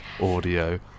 audio